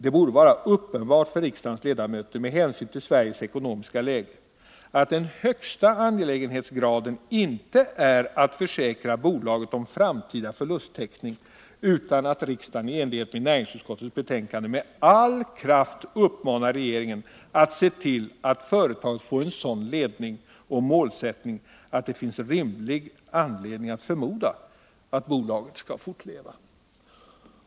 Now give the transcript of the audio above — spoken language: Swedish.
Det borde vara uppenbart för riksdagens ledamöter, med kännedom om Sveriges ekonomiska läge, att det mest angelägna inte är att försäkra bolaget om framtida förlusttäckning utan att riksdagen i enlighet med näringsutskottets betänkande med all kraft uppmanar regeringen att se till att företaget får en sådan ledning och målsättning att det finns rimlig anledning att förmoda att bolaget skall fortleva.